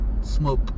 smoke